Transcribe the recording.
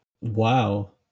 wow